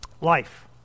Life